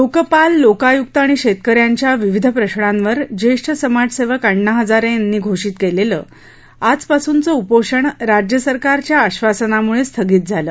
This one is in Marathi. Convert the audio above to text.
लोकपाल लोकायुक्त आणि शेतकऱ्यांच्या विविध प्रश्नांवर ज्येष्ठ समाजसेवक अण्णा हजारे यांनी घोषित केलेलं आजपासूनचं उपोषण राज्य सरकारच्या आधासनामुळे स्थगित झालं